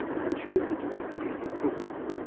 he chose the domesticated silk moth.